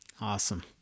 Awesome